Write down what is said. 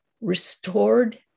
restored